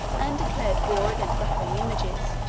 and declared war against the holy images,